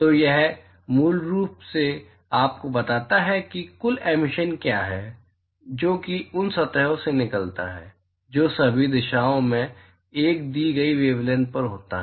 तो यह मूल रूप से आपको बताता है कुल एमिशन क्या है जो कि उन सतहों से निकलता है जो सभी दिशाओं में एक दी गई वेवलैंथ पर होता है